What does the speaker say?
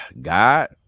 God